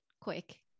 quick